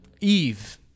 eve